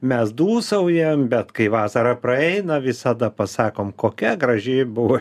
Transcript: mes dūsaujam bet kai vasara praeina visada pasakom kokia graži buvo